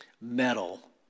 metal